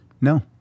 No